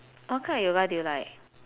what kind of yoga do you like